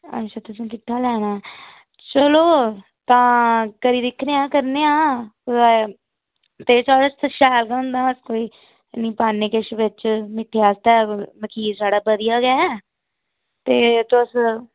अच्छा तुसें केह्का लैना ऐ ते तां करी दिक्खने आं कुदै ते जेह्का शैल होंदा कोई ते निक्के आस्तै मखीर साढ़े बधिया गै ते तुस